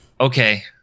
Okay